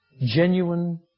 genuine